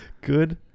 good